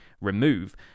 remove